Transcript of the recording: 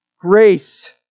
grace